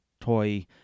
toy